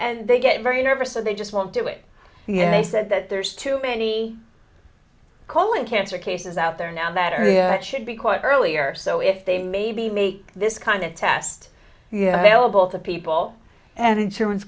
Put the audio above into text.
and they get very nervous so they just won't do it and they said that there's too many colon cancer cases out there now that area that should be caught earlier so if they maybe make this kind of test they'll both of people and insurance